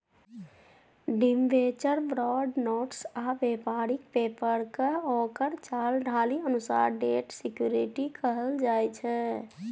debenture, bond, notes आ बेपारिक पेपरकेँ ओकर चाल ढालि अनुसार डेट सिक्युरिटी कहल जाइ छै